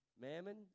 mammon